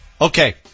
Okay